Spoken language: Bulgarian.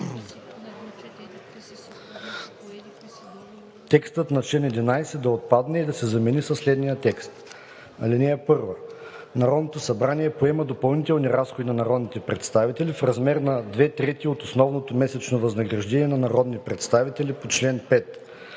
Текстът на чл. 11 да отпадне и да се замени със следния текст: „(1) Народното събрание поема допълнителни разходи на народните представители, в размер на две трети от основното месечно възнаграждение на народни представители по чл. 5.